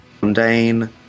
mundane